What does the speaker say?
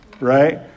right